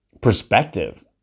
perspective